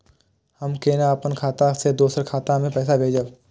हम केना अपन खाता से दोसर के खाता में पैसा भेजब?